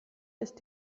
ist